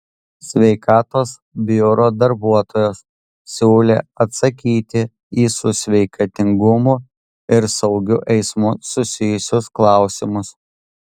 sveikatos biuro darbuotojos siūlė atsakyti į su sveikatingumu ir saugiu eismu susijusius klausimus